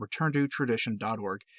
returntotradition.org